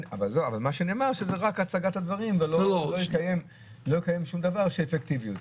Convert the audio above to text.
אבל מה שנאמר שזה רק הצגת הדברים ולא לקיים שום דבר בשביל האפקטיביות.